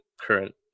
current